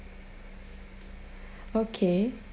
okay